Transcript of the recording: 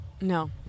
no